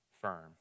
firm